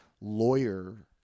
lawyer